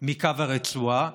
מקו הרצועה,